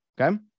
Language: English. Okay